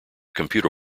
computer